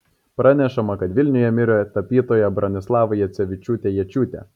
pranešama kad vilniuje mirė tapytoja bronislava jacevičiūtė jėčiūtė